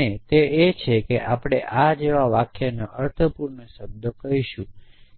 અને તે છે કે આપણે આ જેવા વાક્યના અર્થપૂર્ણ શબ્દો કહીશું